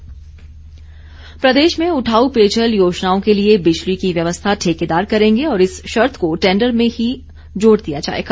प्रश्नकाल प्रदेश में उठाऊ पेयजल योजनाओं के लिए बिजली की व्यवस्था ठेकेदार करेंगे और इस शर्त को टैंडर में ही जोड़ दिया जाएगा